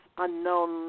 unknown